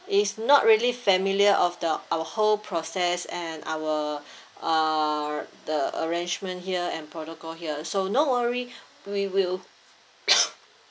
is not really familiar of the our whole process and our uh the arrangement here and protocol here so no worry we will